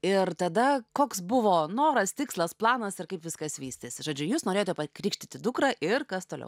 ir tada koks buvo noras tikslas planas ir kaip viskas vystėsi žodžiu jūs norėjote pakrikštyti dukrą ir kas toliau